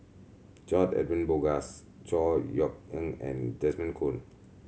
George Edwin Bogaars Chor Yeok Eng and Desmond Kon